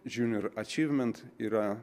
junior achievement yra